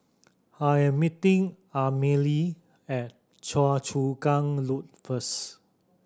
I'm meeting Amalie at Choa Chu Kang Loop first